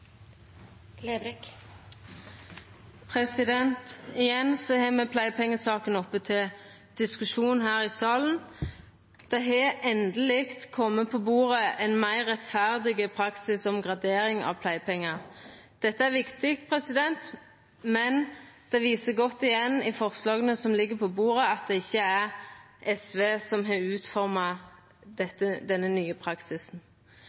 Igjen har me saka om pleiepengar oppe til diskusjon her i salen. Det har endeleg kome på bordet ein meir rettferdig praksis om gradering av pleiepengar. Dette er viktig, men forslaga som ligg på bordet, viser godt at det ikkje er SV som har utforma denne nye praksisen.